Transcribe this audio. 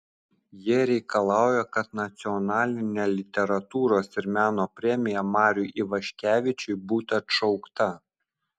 jie reikalauja kad nacionalinė literatūros ir meno premija mariui ivaškevičiui būtų atšaukta